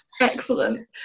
Excellent